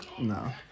No